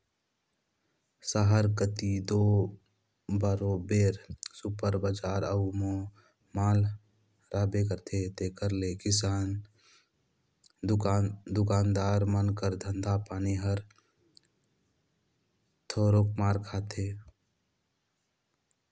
सहर कती दो बरोबेर सुपर बजार अउ माल रहबे करथे तेकर ले किराना दुकानदार मन कर धंधा पानी हर थोरोक मार खाथे